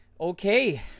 Okay